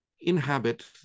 inhabit